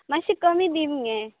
मातशे कमी दी मगे